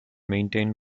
maintained